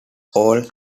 all